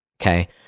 Okay